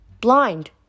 Blind